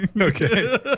Okay